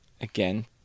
again